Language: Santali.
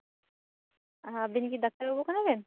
ᱟᱹᱵᱤᱱ ᱜᱮ ᱰᱟᱠᱛᱟᱨ ᱵᱟᱹᱵᱩ ᱠᱟᱱᱟᱵᱮᱱ